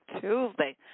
tuesday